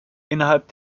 innerhalb